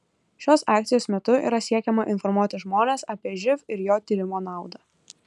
šios akcijos metu yra siekiama informuoti žmones apie živ ir jo tyrimo naudą